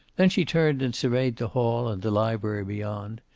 then she turned and surveyed the hall and the library beyond.